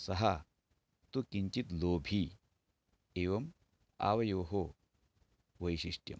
सः तु किञ्चित् लोभी एवम् आवयोः वैशिष्ट्यम्